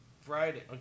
Friday